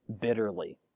bitterly